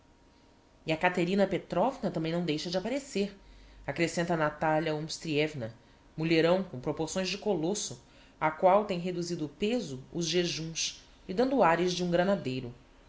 e a katerina petrovna tambem não deixa de apparecer accrescenta natalia omstrievna mulherão com proporções de colosso á qual tem reduzido o pêso os jejuns e dando ares de um granadeiro